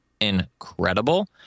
incredible